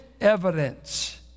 evidence